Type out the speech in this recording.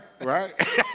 right